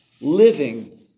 living